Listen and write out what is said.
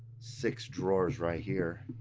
six drawers right here